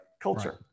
culture